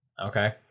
okay